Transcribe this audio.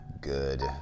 good